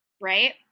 right